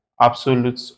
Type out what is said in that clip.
absolute